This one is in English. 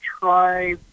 try